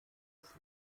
des